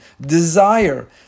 desire